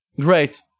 Great